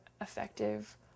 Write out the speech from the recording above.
effective